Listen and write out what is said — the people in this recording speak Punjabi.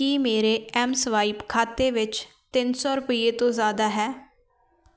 ਕੀ ਮੇਰੇ ਐੱਮਸਵਾਇਪ ਖਾਤੇ ਵਿੱਚ ਤਿੰਨ ਸੌ ਰੁਪਈਏ ਤੋਂ ਜ਼ਿਆਦਾ ਹੈ